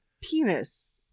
Penis